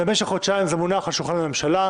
במשך חודשיים זה מונח על שולחן הממשלה,